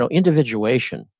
ah individuation,